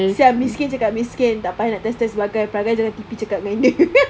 [sial] miskin cakap miskin tak payah nak test test bagai perangai jangan T_P cakap dengan dia